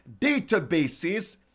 databases